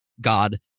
God